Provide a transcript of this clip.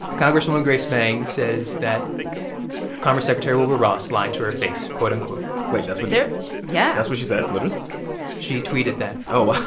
congresswoman grace meng says that commerce secretary wilbur ross lied to her face, quote, unquote wait. that's what. they're yeah that's what she said, literally she tweeted that oh,